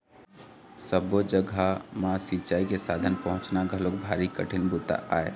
सब्बो जघा म सिंचई के साधन पहुंचाना घलोक भारी कठिन बूता आय